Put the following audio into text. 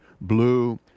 blue